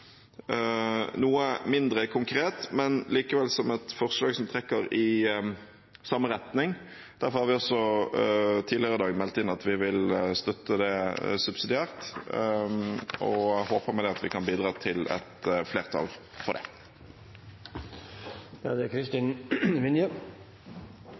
noe mindre konkret, men likevel som et forslag som trekker i samme retning. Derfor har vi også tidligere i dag meldt inn at vi vil støtte det subsidiært, og håper med det at vi kan bidra til et flertall for det.